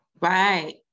Right